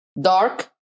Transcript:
dark